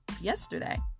Yesterday